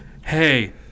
hey